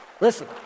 Listen